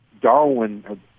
Darwin